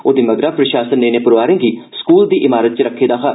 ओदे मगरा प्रशासन नै इनें परोआरें गी स्कूल दी ईमारत च रक्खे दा हा